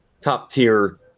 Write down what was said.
top-tier